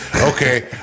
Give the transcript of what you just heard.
Okay